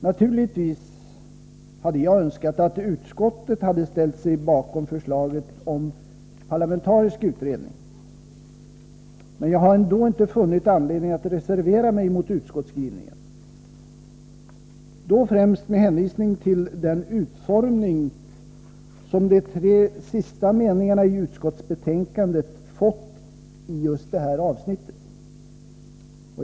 Naturligtvis hade jag önskat att utskottet ställt sig bakom förslaget om en parlamentarisk utredning, men jag har ändå inte funnit anledning att reservera mig mot utskottsskrivningen, främst med hänvisning till den utformning som de tre sista meningarna i utskottsbetänkandet fått i just det här avsnittet.